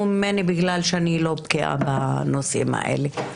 ממני בגלל שאני לא בקיאה בנושאים האלה.